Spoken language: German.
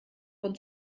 uns